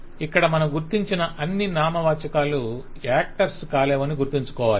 ఇక్కడ మనం గుర్తించిన అన్ని నామవాచకాలు యాక్టర్స్ కాలేవని గుర్తుంచుకోవాలి